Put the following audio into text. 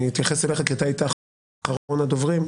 אני אתייחס אליך כי אתה היית אחרון הדוברים,